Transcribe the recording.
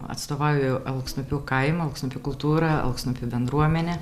atstovauju alksniupių kaimą alksniupių kultūrą alksniupių bendruomenę